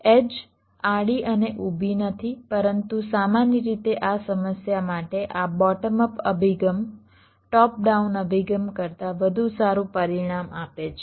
edge આડી અને ઊભી નથી પરંતુ સામાન્ય રીતે આ સમસ્યા માટે આ બોટમ અપ અભિગમ ટોપ ડાઉન અભિગમ કરતાં વધુ સારું પરિણામ આપે છે